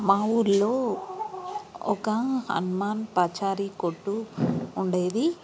మా ఊర్లో ఒక హనుమాన్ పచారీ కొట్టు ఉండేది